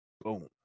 Boom